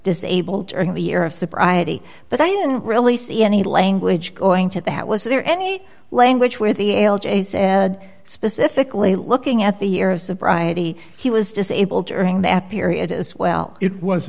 disabled during the year of sobriety but i didn't really see any language going to that was there any language where the specifically looking at the year of sobriety he was disabled during that period as well it was